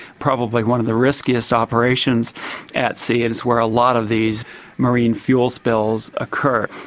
probably one of the riskiest operations at sea, and it's where a lot of these marine fuel spills occur.